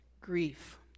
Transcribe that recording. grief